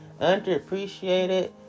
Underappreciated